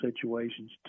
situations